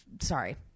sorry